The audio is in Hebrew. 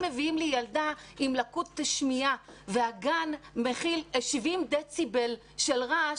אם מביאים לי ילדה עם לקות שמיעה והגן מכיל 70 דציבל של רעש